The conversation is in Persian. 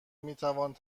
میتوانید